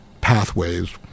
pathways